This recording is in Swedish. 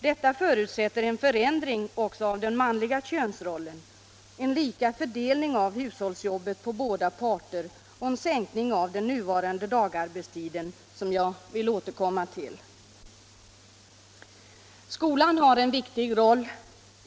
Detta förutsätter en förändring också av den manliga könsrollen, en lika fördelning av hushållsjobbet på båda parter och en sänkning av den nuvarande dagarbetstiden, som jag vill återkomma till. Skolan har en viktig roll.